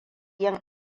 yin